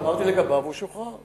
אמרתי: לגביו, הוא שוחרר.